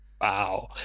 Wow